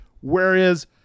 Whereas